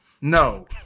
No